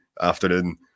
afternoon